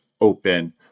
open